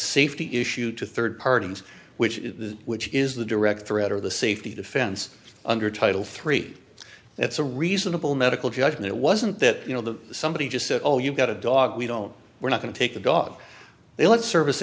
safety issue to third parties which which is the direct threat or the safety defense under title three it's a reasonable medical judgment it wasn't that you know that somebody just said oh you've got a dog we don't we're not going to take the dog they let service